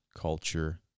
Culture